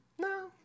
No